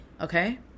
okay